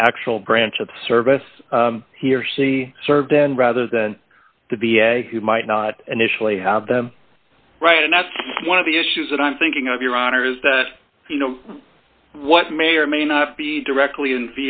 the actual branch of service here see serve then rather than to be a few might not initially have them right and that's one of the issues that i'm thinking of your honor is that you know what may or may not be directly in